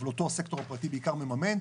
אבל אותו הסקטור הפרטי בעיקר מממן.